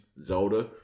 Zelda